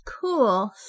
Cool